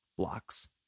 Blocks